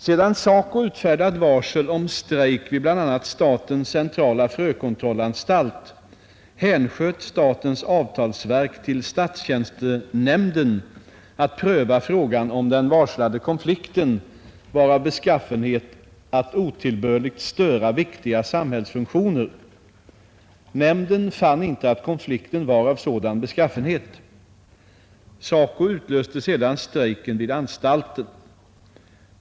Sedan SACO utfärdat varsel om strejk vid bl.a. statens centrala frökontrollanstalt hänsköt statens avtalsverk till statstjänstenämnden att pröva frågan om den varslade konflikten var av beskaffenhet att otillbörligt störa viktiga samhällsfunktioner. Nämnden fann inte att konflikten var av sådan beskaffenhet. SACO utlöste sedan strejken vid anstalten.